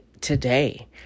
today